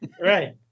Right